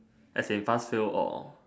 as in pass fail or